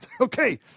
okay